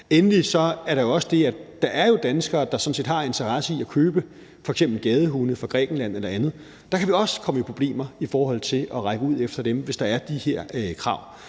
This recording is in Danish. Endelig er der også det, at der jo er danskere, der sådan set har interesse i at købe f.eks. gadehunde fra Grækenland, og der kan vi også komme i problemer i forhold til at række ud efter dem, hvis der er de her krav.